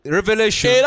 revelation